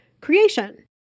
creation